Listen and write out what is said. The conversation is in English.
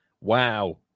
Wow